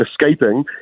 escaping